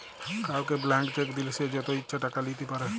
কাউকে blank cheque দিলে সে যত ইচ্ছা টাকা লিতে পারে